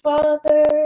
Father